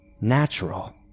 natural